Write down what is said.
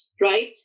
right